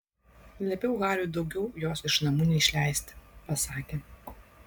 liepiau hariui daugiau jos iš namų neišleisti pasakė